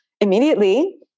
immediately